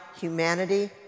humanity